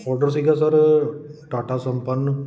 order ਸੀਗਾ sir Tata ਸੰਪੰਨ